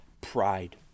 pride